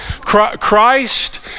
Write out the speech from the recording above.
Christ